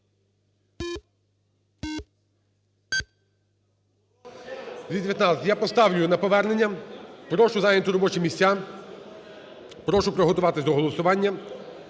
Я поставлю на повернення. Прошу зайняти робочі місця. Прошу приготуватися до голосування.